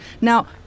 Now